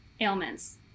ailments